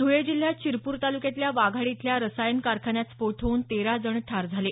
धुळे जिल्ह्यात शिरपूर तालुक्यातल्या वाघाडी इथल्या रसायन कारखान्यात स्फोट होऊन तेरा जण ठार झाले